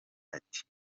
ati